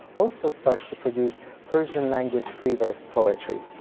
also starts to produce persian language free verse poetry.